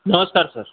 नमस्कार सर